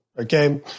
Okay